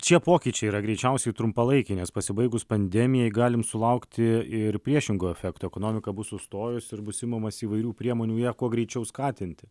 šie pokyčiai yra greičiausiai trumpalaikiai nes pasibaigus pandemijai galim sulaukti ir priešingo efekto ekonomika bus sustojus ir bus imamasi įvairių priemonių ją kuo greičiau skatinti